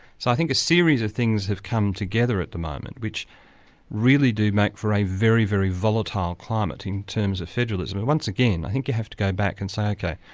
so i think a series of things have come together at the moment, which really do make for a very, very volatile climate in terms of federalism. once again, i think you have to go back and say, like